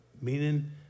meaning